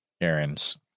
Aaron's